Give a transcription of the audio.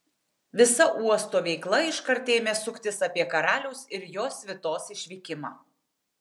visa uosto veikla iškart ėmė suktis apie karaliaus ir jo svitos išvykimą